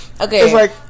Okay